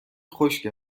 خشک